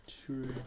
True